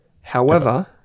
However-